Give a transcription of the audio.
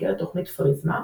במסגרת תוכנית פריזמה,